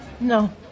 No